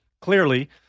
clearly